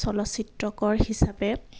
চলচ্চিত্ৰকৰ হিচাপে